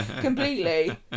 completely